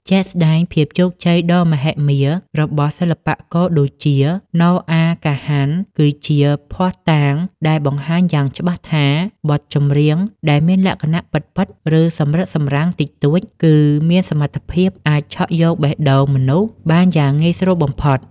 ជាក់ស្តែង ភាពជោគជ័យដ៏មហិមារបស់សិល្បករដូចជា ណូអា កាហាន គឺជាភស្តុតាងដែលបង្ហាញយ៉ាងច្បាស់ថា បទចម្រៀងដែលមានលក្ខណៈ ពិតៗ ឬសម្រិតសម្រាំងតិចតួច គឺមានសមត្ថភាពអាចឆក់យកបេះដូងមនុស្សបានយ៉ាងងាយស្រួលបំផុត។